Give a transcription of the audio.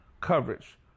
coverage